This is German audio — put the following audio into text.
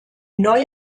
neu